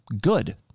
good